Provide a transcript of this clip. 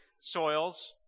soils